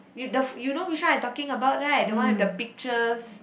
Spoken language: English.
you the you know what I'm talking about right the one which pictures